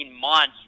months